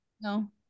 No